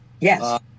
Yes